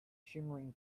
shimmering